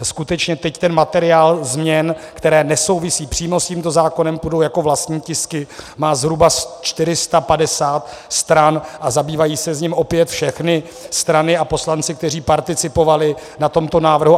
Skutečně teď ten materiál změn, které nesouvisí přímo s tímto zákonem, půjdou jako vlastní tisky, má zhruba 450 stran a zabývají se jím opět všechny strany a poslanci, kteří participovali na tomto návrhu.